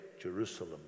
Jerusalem